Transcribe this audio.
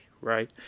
right